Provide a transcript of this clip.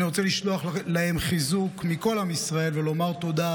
אני רוצה לשלוח להם חיזוק מכל עם ישראל ולומר תודה.